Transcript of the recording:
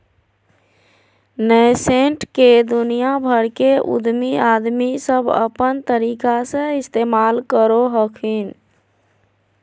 nascent के दुनिया भर के उद्यमी आदमी सब अपन तरीका से इस्तेमाल करो हखिन